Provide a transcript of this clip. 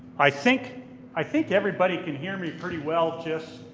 i think i think everybody can hear me pretty well just,